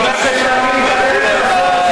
מי שמאמין בדרך הזאת,